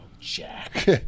Jack